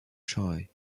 shy